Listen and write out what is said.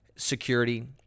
Security